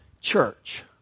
church